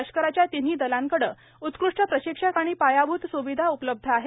लष्कराच्या तिन्ही दलांकडे उत्कृष्ट प्रशिक्षक आणि पायाभूत सुविधा उपलब्ध आहेत